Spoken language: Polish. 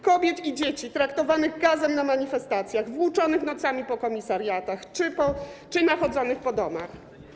Kobiet i dzieci, traktowanych gazem na manifestacjach, włóczonych nocami po komisariatach czy nachodzonych po domach.